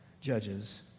judges